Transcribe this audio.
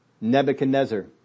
Nebuchadnezzar